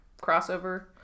crossover